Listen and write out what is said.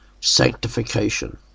sanctification